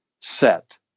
set